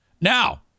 Now